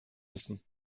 müssen